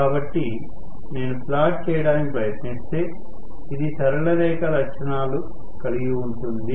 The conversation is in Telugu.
కాబట్టి నేను ప్లాట్ చేయడానికి ప్రయత్నిస్తే ఇది సరళరేఖ లక్షణాలు కలిగి ఉంటుంది